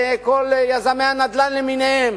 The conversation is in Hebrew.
לכל יזמי הנדל"ן למיניהם.